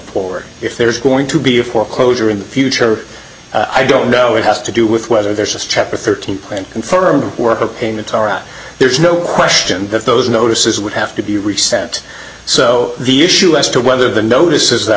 for if there's going to be a foreclosure in the future i don't know it has to do with whether there's just chapter thirteen and confirm worker payments are out there's no question that those notices would have to be reset so the issue as to whether the notices that